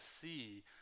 see